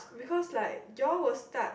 because like you all will start